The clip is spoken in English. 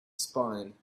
spine